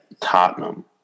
Tottenham